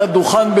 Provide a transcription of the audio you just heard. על הדוכן,